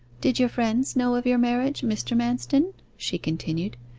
did your friends know of your marriage, mr. manston she continued.